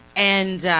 and ah,